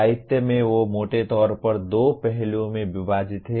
साहित्य में वे मोटे तौर पर दो पहलुओं में विभाजित हैं